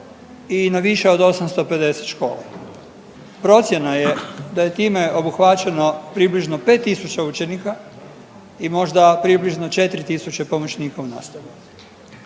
i na više od 850 škola. Procjena je da je time obuhvaćen o približno 5.000 učenika i možda približno 4.000 pomoćnika u nastavi.